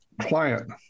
client